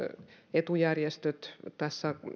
etujärjestöt tässä